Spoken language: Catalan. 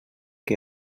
que